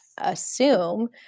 assume